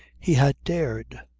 he had dared!